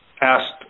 asked